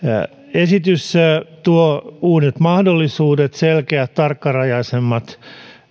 esitys tuo uudet mahdollisuudet selkeät tarkkarajaisemmat